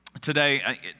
Today